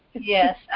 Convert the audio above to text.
Yes